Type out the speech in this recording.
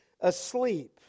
asleep